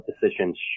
decisions